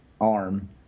arm